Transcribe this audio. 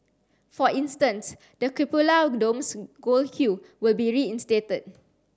for instance the cupola dome's gold hue will be reinstated